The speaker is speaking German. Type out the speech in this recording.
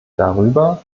darüber